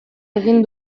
egin